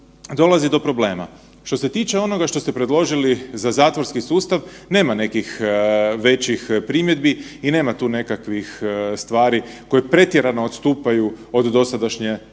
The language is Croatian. dolazi do problema. Što se tiče onoga što ste predložili za zatvorski sustav, nema nekih većih primjedbi i nema tu nekakvih stvari koje pretjerano odstupaju od dosadašnje situacije